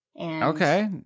Okay